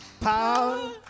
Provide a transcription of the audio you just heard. power